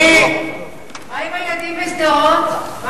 מה עם הילדים בשדרות?